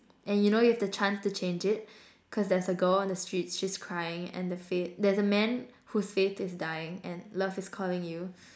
and you know you've have the chance to change it cause there's a girl on the streets she's crying and the faith there's a man whose faith is dying and love is calling you